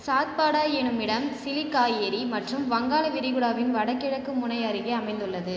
சாத்பாடா எனுமிடம் சிலிகா ஏரி மற்றும் வங்காள விரிகுடாவின் வடகிழக்கு முனை அருகே அமைந்துள்ளது